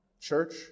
church